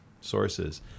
sources